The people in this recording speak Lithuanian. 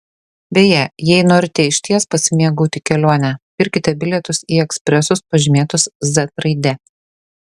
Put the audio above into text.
beje jei norite išties pasimėgauti kelione pirkite bilietus į ekspresus pažymėtus z raide